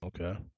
okay